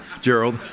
Gerald